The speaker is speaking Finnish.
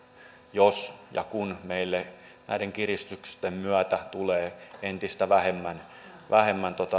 jos ja kun meille näiden kiristysten myötä tulee entistä vähemmän vähemmän